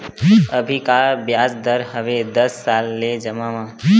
अभी का ब्याज दर हवे दस साल ले जमा मा?